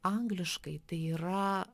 angliškai tai yra